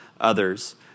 others